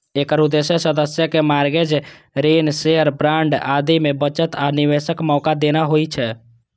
एकर उद्देश्य सदस्य कें मार्गेज, ऋण, शेयर, बांड आदि मे बचत आ निवेशक मौका देना होइ छै